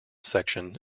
section